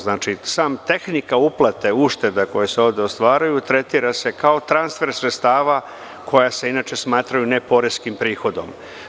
Znači, sama tehnika uplate ušteda koje se ovde ostvaruju tretira se kao transfer sredstava koja se inače smatraju neporeskim prihodom.